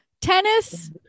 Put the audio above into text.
Tennis